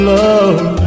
love